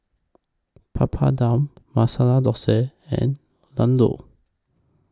Papadum Masala Dosa and Ladoo